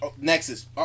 Nexus